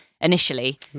initially